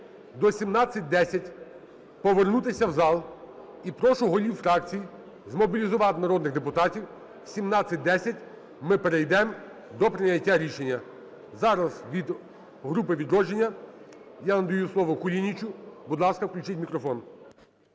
до 17:10 повернутися в зал. І прошу голів фракцій змобілізувати народних депутатів, в 17:10 ми перейдем до прийняття рішення. Зараз від групи "Відродження" я надаю слово Кулінічу. Будь ласка, включіть мікрофон.